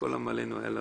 שכל עמלינו יהיה לריק.